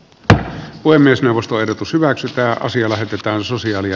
tämä voi myös neuvostoehdotus hyväksytä asia lähetetään sosiaali ja